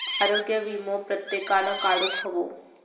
आरोग्य वीमो प्रत्येकान काढुक हवो